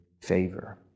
favor